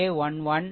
a 2 1 a 2 2 a 2 2